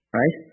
right